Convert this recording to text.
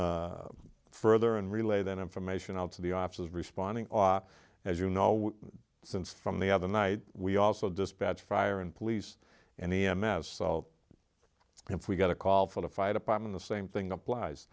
can further and relay that information out to the officers responding as you know since from the other night we also dispatch fire and police and the m f so if we got a call for the fire department the same thing applies